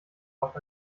auch